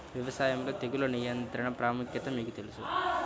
వ్యవసాయంలో తెగుళ్ల నియంత్రణ ప్రాముఖ్యత మీకు తెలుసా?